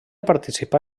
participà